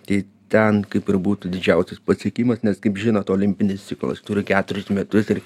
tai ten kaip ir būtų didžiausias pasiekimas nes kaip žinot olimpinis ciklas turi keturis metus ir